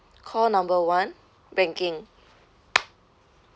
call number one banking